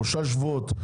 שלושה שבועות,